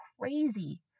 crazy